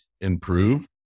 improve